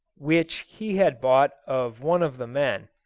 which he had bought of one of the men,